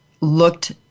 looked